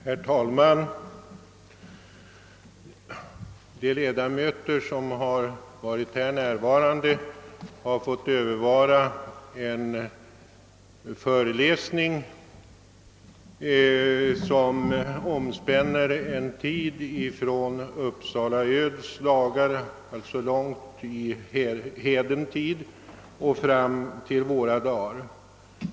Herr talman! De ledamöter som har varit här närvarande har fått övervara en föreläsning som omspänt tiden från Uppsala öd, alltså långt tillbaka i heden tid, fram till våra dagar.